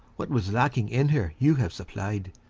what was lacking in her you have supplied.